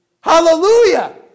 hallelujah